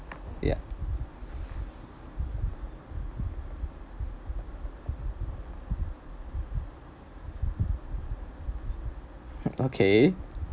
ya okay